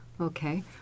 Okay